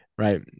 right